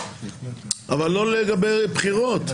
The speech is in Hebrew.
לא לגבי בחירות.